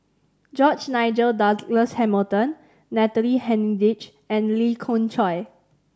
George Nigel Douglas Hamilton Natalie Hennedige and Lee Khoon Choy